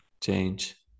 change